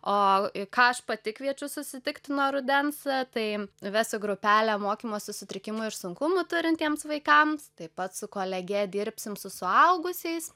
o ką aš pati kviečiu susitikti nuo rudens tai vesti grupelę mokymosi sutrikimų ir sunkumų turintiems vaikams taip pat su kolege dirbsim su suaugusiais